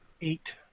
Eight